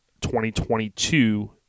2022